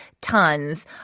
tons